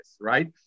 right